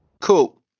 cool